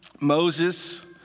Moses